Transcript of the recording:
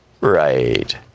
Right